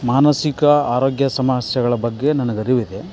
ಮಾನಸಿಕ ಆರೋಗ್ಯ ಸಮಸ್ಯೆಗಳ ಬಗ್ಗೆ ನನ್ಗೆ ಅರಿವಿದೆ